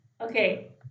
Okay